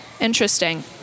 Interesting